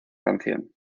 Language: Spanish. canción